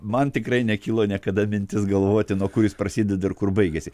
man tikrai nekilo niekada mintis galvoti nuo kur jis prasideda ir kur baigiasi